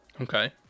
Okay